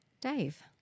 Dave